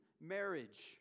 marriage